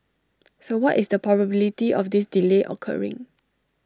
so what is the probability of this delay occurring